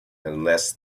unless